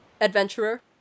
adventurer